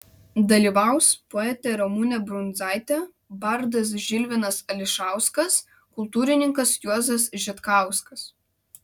dalyvaus poetė ramunė brundzaitė bardas žilvinas ališauskas kultūrininkas juozas žitkauskas